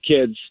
kids